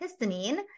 histamine